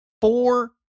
four